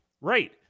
Right